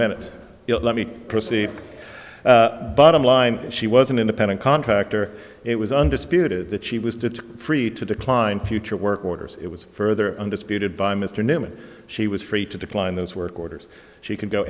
minutes let me proceed bottom line she was an independent contractor it was undisputed that she was to free to decline future work orders it was further undisputed by mr newman she was free to decline those work orders she could go